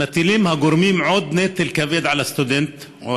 הגורמים מטילים עוד נטל כבד על הסטודנטים